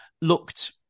looked